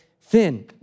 thin